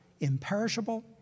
imperishable